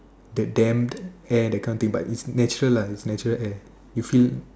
the damped air that kind of thing but natural lah it's natural air you feel